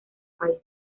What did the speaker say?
país